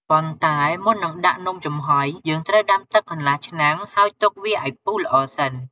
ប៉ុន្តែមុននឹងដាក់នំចំហុយ យើងត្រូវដាំទឹកកន្លះឆ្នាំង ហើយទុកវាឱ្យពុះល្អសិន។